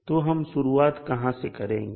तो हम शुरुआत कहां से करेंगे